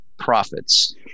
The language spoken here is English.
Profits